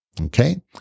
okay